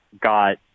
got